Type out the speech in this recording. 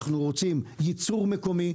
אנחנו רוצים ייצור מקומי,